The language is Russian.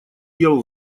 дел